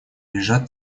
лежат